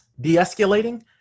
de-escalating